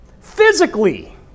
Physically